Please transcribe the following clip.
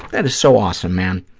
that is so awesome, man.